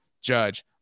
Judge